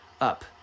up